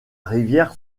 rivière